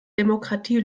demokratie